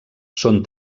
són